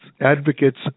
advocates